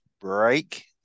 break